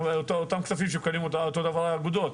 אותם כספים מקבלות האגודות,